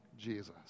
Jesus